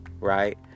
right